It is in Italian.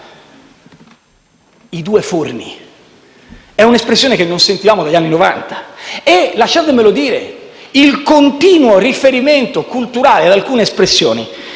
«i due forni» è un'espressione che non sentivamo dagli anni Novanta e lasciatemelo dire, c'è un continuo riferimento culturale ad alcune espressioni che